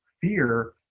fear